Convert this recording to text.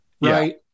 right